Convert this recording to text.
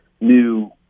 new